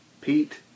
Pete